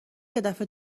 یدفعه